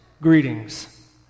Greetings